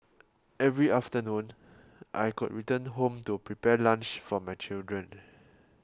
every afternoon I could return home to prepare lunch for my children